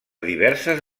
diverses